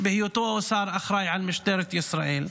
בהיותו השר האחראי על משטרת ישראל.